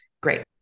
Great